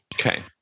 Okay